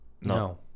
no